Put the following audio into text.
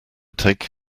take